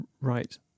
Right